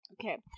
okay